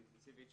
אינטנסיבית,